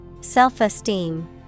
Self-esteem